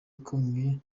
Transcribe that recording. ikomeye